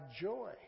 joy